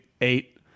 eight